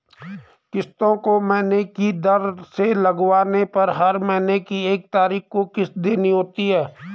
किस्तों को महीने की दर से लगवाने पर हर महीने की एक तारीख को किस्त देनी होती है